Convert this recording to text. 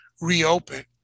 reopen